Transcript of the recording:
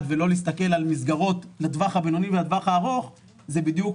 ולא להסתכל על המסגרות לטווח הבינוני ולטווח הארוך זה בדיוק